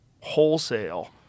wholesale